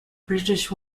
british